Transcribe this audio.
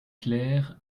clair